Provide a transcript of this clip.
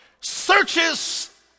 searches